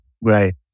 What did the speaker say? Right